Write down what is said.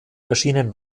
erschienen